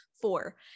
four